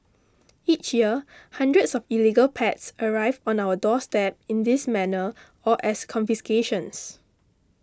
each year hundreds of illegal pets arrive on our doorstep in this manner or as confiscations